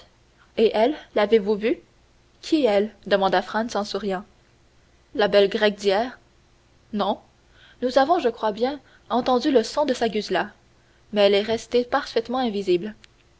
et elle l'avez-vous vue qui elle demanda franz en souriant la belle grecque d'hier non nous avons je crois bien entendu le son de sa guzla mais elle est restée parfaitement invisible